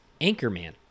Anchorman